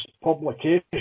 publication